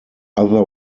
other